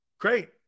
great